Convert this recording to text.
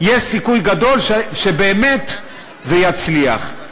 יש סיכוי גדול שבאמת זה יצליח.